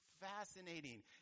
fascinating